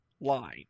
line